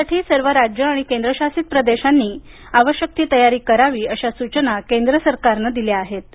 यासाठी सर्व राज्य आणि केंद्र शासित प्रदेशांनी आवश्यक तयारी करावी अशा सूचना केंद्र सरकारनं दिल्या आहेत